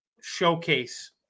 showcase